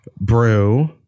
Brew